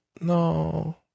No